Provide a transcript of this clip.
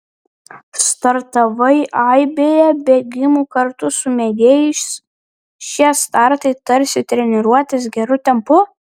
startavai aibėje bėgimų kartu su mėgėjais šie startai tarsi treniruotės geru tempu